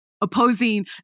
opposing